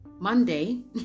Monday